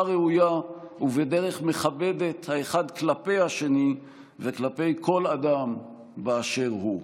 ראויה ובדרך מכבדת האחד כלפי השני וכלפי כל אדם באשר הוא.